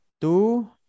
Two